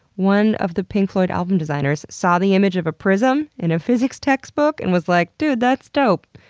one of the pink floyd album designers saw the image of a prism in a physics textbook and was like, dude that's dope.